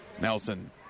Nelson